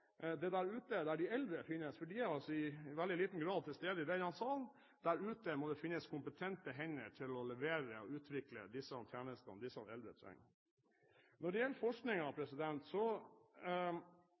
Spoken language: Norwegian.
de er i veldig liten grad til stede i denne sal – finnes kompetente hender til å levere og utvikle de tjenestene som de eldre trenger. Når det gjelder